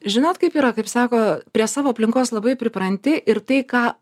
žinot kaip yra kaip sako prie savo aplinkos labai pripranti ir tai ką